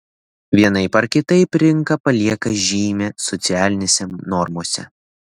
vienaip ar kitaip rinka palieka žymę socialinėse normose